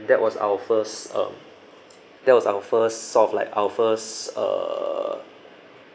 that was our first um that was our first sort of like our first err